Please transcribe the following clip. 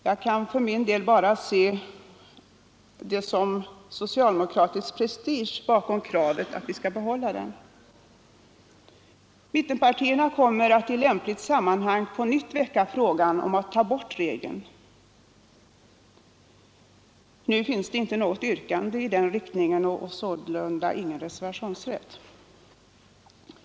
Jag kan för min del bara se socialdemokratisk prestige bakom kravet att vi skall behålla den. Mittenpartierna kommer att i lämpligt sammanhang på nytt väcka frågan om att ta bort regeln. Nu finns det inte något yrkande i den riktningen och således ingen reservationsrätt.